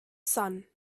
sun